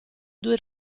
due